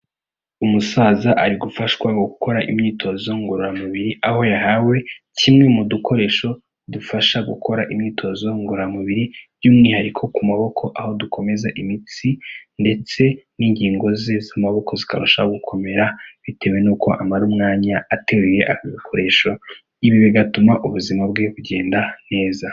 Umusaza ari gufashwa gukora imyitozo ngororamubiri, aho yahawe kimwe mu dukoresho dufasha gukora imyitozo ngororamubiri, by'umwihariko ku maboko aho dukomeza imitsi ndetse n'ingingo ze z'amaboko zikarushaho gukomera, bitewe n'uko amara umwanya ateruye aka gakoresho, ibi bigatuma ubuzima bwe bugenda neza.